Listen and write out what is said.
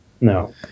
No